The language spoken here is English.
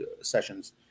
sessions